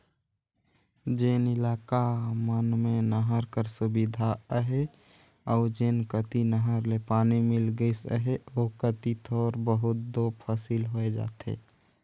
जेन इलाका मन में नहर कर सुबिधा अहे अउ जेन कती नहर ले पानी मिल गइस अहे ओ कती थोर बहुत दो फसिल होए जाथे